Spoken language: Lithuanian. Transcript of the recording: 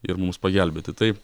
ir mums pagelbėti tai